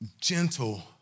Gentle